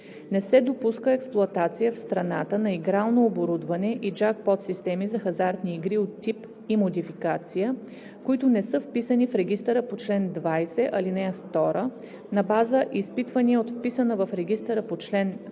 Не се допуска експлоатация в страната на игрално оборудване и джакпот системи за хазартни игри от тип и модификация, които не са вписани в регистъра по чл. 20, ал. 2 на база изпитвания от вписана в регистъра по чл. 20,